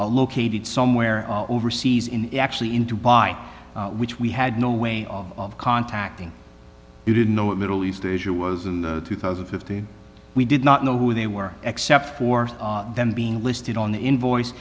located somewhere overseas in actually in dubai which we had no way of contacting you didn't know what middle east asia was in two thousand fifty we did not know who they were except for them being listed on the invoice